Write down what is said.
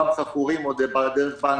רובם חכורים או דרך בנקים.